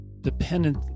dependent